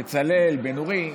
בצלאל בן אורי.